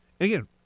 Again